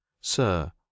sir